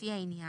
לפי העניין,